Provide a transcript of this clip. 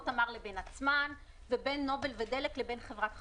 תמר לבין עצמן ובין נובל ודלק לבין חברת החשמל.